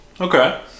Okay